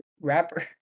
Rapper